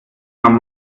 man